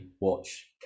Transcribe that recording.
watch